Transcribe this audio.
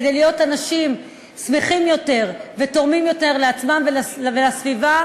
כדי להיות אנשים שמחים יותר ותורמים יותר לעצמם ולסביבה,